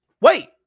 Wait